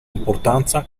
importanza